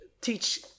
teach